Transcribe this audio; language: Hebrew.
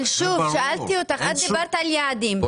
אבל שוב את דיברת על יעדים,